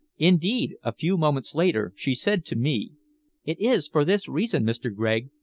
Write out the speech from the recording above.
indeed, a few moments later she said to me it is for this reason, mr. gregg,